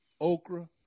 okra